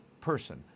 person